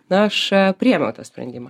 na aš priėmiau sprendimą